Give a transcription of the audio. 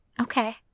okay